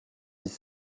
dix